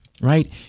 right